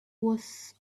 was